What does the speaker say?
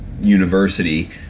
University